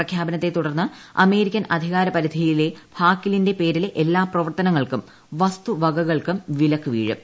പ്രഖ്യാപനത്തെ തുടർന്ന് അമേരിക്കൻ അധികാര പരിധിയിലെ ഭാക്കിലിന്റെ പേരിലെ എല്ലാ പ്രവർത്തനങ്ങൾക്കും വസ്തുവകകൾക്കും വിലക്കു വീഴും